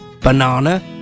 banana